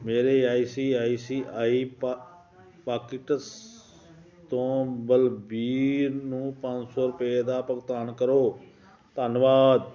ਮੇਰੇ I C I C I pockets ਤੋਂ ਬਲਬੀਰ ਨੂੰ ਪੰਜ ਸੌ ਰੁਪਏ ਦਾ ਭੁਗਤਾਨ ਕਰੋ ਧੰਨਵਾਦ